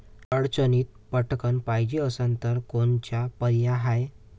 अडचणीत पटकण पायजे असन तर कोनचा पर्याय हाय?